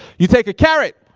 you take a carrot,